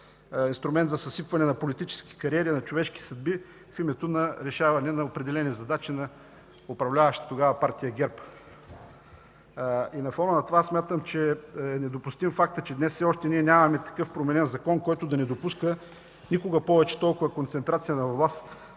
за съсипване на политически кариери, на човешки съдби в името на решаване на определени задачи на управляващата тогава партия ГЕРБ. На фона на това аз смятам, че е недопустим фактът, че днес все още нямаме променен закон, който да не допуска никога повече толкова концентрация на власт